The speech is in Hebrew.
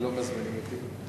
ולא מזמינים אותי,